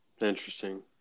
Interesting